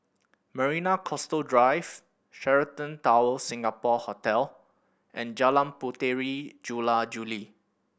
Marina Coastal Drive Sheraton Towers Singapore Hotel and Jalan Puteri Jula Juli